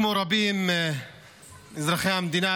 כמו רבים מאזרחי המדינה,